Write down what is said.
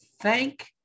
thank